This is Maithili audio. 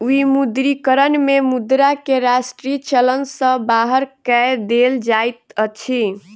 विमुद्रीकरण में मुद्रा के राष्ट्रीय चलन सॅ बाहर कय देल जाइत अछि